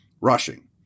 Rushing